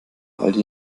aldi